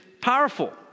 powerful